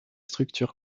structures